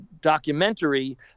documentary